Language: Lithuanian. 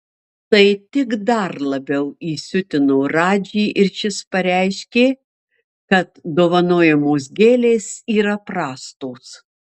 tai tik dar labiau įsiutino radžį ir šis pareiškė kad dovanojamos gėlės yra prastos